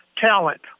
talent